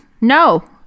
no